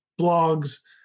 blogs